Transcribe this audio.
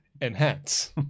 Enhance